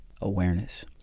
awareness